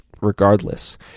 regardless